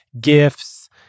gifts